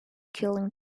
killing